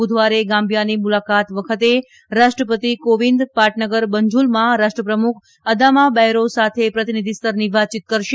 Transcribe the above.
બુધવારે ગામ્બીયાની મુલાકાત વખતે રાષ્ટ્રપતિ કોવિંદ પાટનગર બંજુલમાં રાષ્ટ્રપ્રમુખ અદામા બૈરી સાથે પ્રતિનિધી સ્તરની વાતયીત કરશે